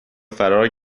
فرار